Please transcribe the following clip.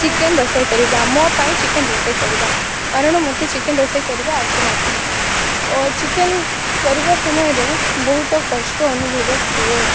chicken ରୋଷେଇ କରିବା ମୋ ପାଇଁ ଚିକେନ୍ ରୋଷେଇ କରିବା କାରଣ ମୋତେ ଚିକେନ୍ ରୋଷେଇ କରିବା ଆସେ ନାହିଁ ଓ ଚିକେନ୍ କରିବା ସମୟ ରେ ବହୁତ କଷ୍ଟ ଅନୁଭବ ହୁଏ